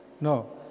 No